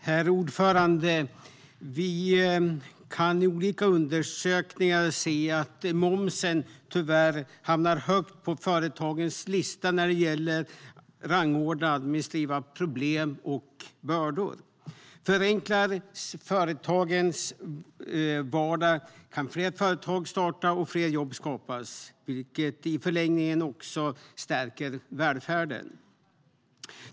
Herr talman! Vi kan i olika undersökningar se att momsen tyvärr hamnar högt på företagens lista över rangordnade administrativa problem och bördor. Förenklas företagarnas vardag kan fler företag starta och fler jobb skapas, vilket i förlängningen också stärker välfärden.